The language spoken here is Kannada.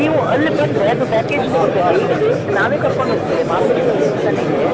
ನೀವು ಅಲ್ಲಿ ಬಂದರೆ ಅದು ಪ್ಯಾಕೇಜ್ ಲೆಕ್ಕದಲ್ಲಿ ಈಗ ದೇವಸ್ಥಾನ ನಾವೆ ಕರ್ಕೊಂಡು ಹೋಗ್ತೇವೆ ಮಾಬಲೇಶ್ವರ ದೇವಸ್ಥಾನ ಇದೆ